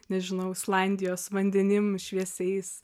nežinau islandijos vandenim šviesiais